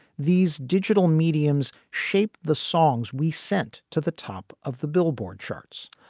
these digital mediums shaped the songs we sent to the top of the billboard charts,